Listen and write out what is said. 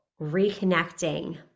reconnecting